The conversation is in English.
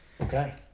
Okay